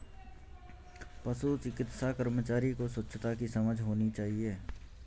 पशु चिकित्सा कर्मचारी को स्वच्छता की समझ होनी चाहिए